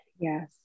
yes